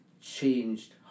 changed